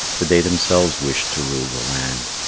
for they themselves wished to rule the land.